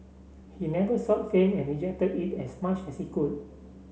he never sought fame and rejected it as much as he could